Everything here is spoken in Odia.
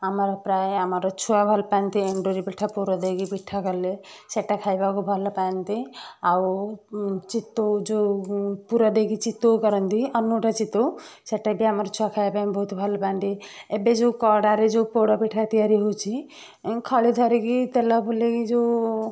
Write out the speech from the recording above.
ଆମର ପ୍ରାୟ ଆମର ଛୁଆ ଭଲ ପାଆନ୍ତି ଏଣ୍ଡୁରୀ ପିଠା ପୁର ଦେଇକି ପିଠା କଲେ ସେଇଟା ଖାଇବାକୁ ଭଲ ପାଆନ୍ତି ଆଉ ଚିତୋଉ ଯେଉଁ ପୁର ଦେଇକି ଚିତୋଉ କରନ୍ତି ଅଣ ନେଉଟା ଚିତୋଉ ସେଇଟା ବି ଆମର ଛୁଆ ଖାଇବା ପାଇଁ ବହୁତ ଭଲ ପାଆନ୍ତି ଏବେ ଯେଉଁ କଡ଼ାରେ ଯେଉଁ ପୋଡ଼ପିଠା ତିଆରି ହଉଛି ଖଳି ଧରିକି ତେଲ ବୁଲେଇକି ଯେଉଁ